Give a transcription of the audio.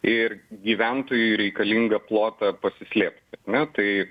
ir gyventojui reikalingą plotą pasislėpt na tai